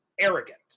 arrogant